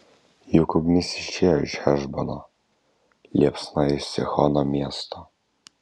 juk ugnis išėjo iš hešbono liepsna iš sihono miesto